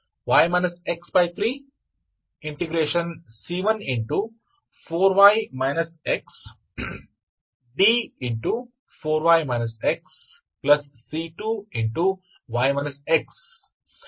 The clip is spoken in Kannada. uxy 234y xey x3C14y xd4y xC2y x